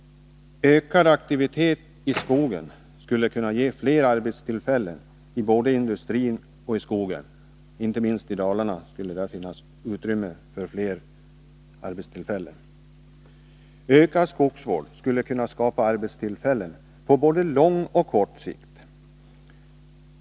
Ökad aktivitet i skogen skulle ge fler arbetstillfällen både i industrin och i skogen. Detta gäller inte minst i Dalarna som det skogslän det är. Ökad skogsvård skulle kunna skapa arbetstillfällen på både kort och lång sikt.